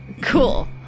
Cool